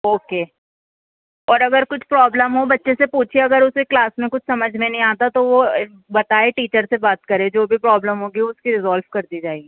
okay اور اگر کچھ پرابلم ہو بچے سے پوچھیے اگر اسے کلاس میں کچھ سمجھ میں نہیں آتا تو بتائے ٹیچر سے بات کرے جو بھی پرابلم ہوگی اس کی وہ ریزالو کر دی جائے گی